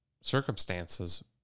circumstances